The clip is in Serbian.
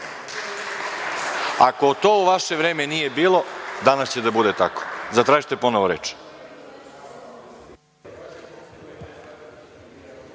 to u vaše vreme nije bilo, danas će da bude tako. Zatražite ponovo reč.